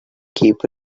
keep